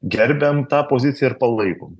gerbiam tą poziciją ir palaikom